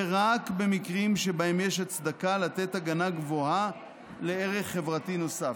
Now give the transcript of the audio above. ורק במקרים שבהם יש הצדקה לתת הגנה גבוהה לערך חברתי נוסף.